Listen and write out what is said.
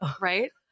Right